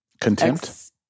contempt